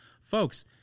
Folks